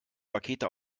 pakete